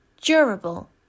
durable